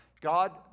God